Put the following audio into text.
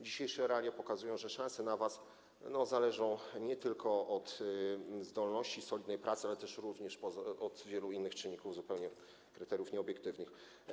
Dzisiejsze realia pokazują, że szanse na awans zależą nie tylko od zdolności, solidnej pracy, ale również od wielu innych czynników, kryteriów nieobiektywnych.